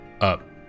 up